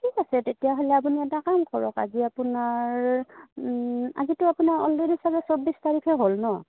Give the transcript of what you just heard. ঠিক আছে তেতিয়াহ'লে আপুনি এটা কাম কৰক আজি আপোনাৰ আজিতো আপোনাৰ অলৰেডি চালে চৌব্বিছ তাৰিখেই হ'ল ন